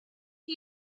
are